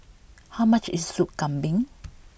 how much is Sop Kambing